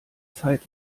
zeit